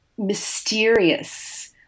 mysterious